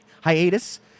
hiatus